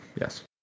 Yes